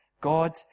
God